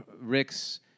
Rick's